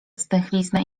stęchlizna